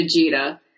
Vegeta